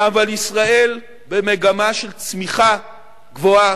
אבל ישראל במגמה של צמיחה גבוהה,